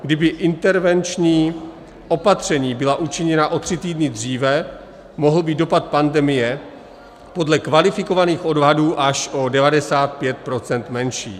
Kdyby intervenční opatření byla učiněna o tři týdny dříve, mohl být dopad pandemie podle kvalifikovaných odhadů až o 95 % menší.